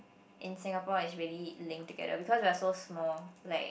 in Singapore is really linked together because we are so small like